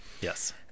Yes